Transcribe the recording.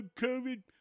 COVID